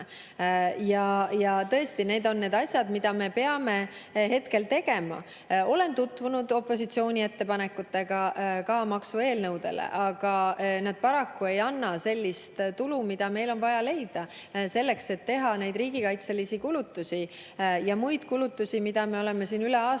Ja tõesti need on need asjad, mida me peame hetkel tegema. Olen tutvunud opositsiooni [esitatud] ettepanekutega maksueelnõude kohta, aga need paraku ei anna sellist tulu, mida meil on vaja leida selleks, et teha neid riigikaitselisi kulutusi ja muid kulutusi, mida me oleme üle aastate